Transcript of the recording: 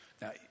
Now